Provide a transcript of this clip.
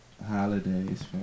Holidays